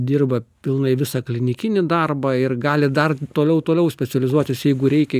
dirba pilnai visą klinikinį darbą ir gali dar toliau toliau specializuotis jeigu reikia